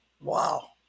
wow